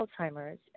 Alzheimer's